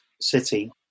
city